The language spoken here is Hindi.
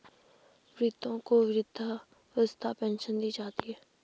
वृद्धों को वृद्धावस्था पेंशन दी जाती है